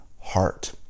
heart